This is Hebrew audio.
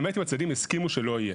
למעט אם הצדדים הסכימו שלא יהיה.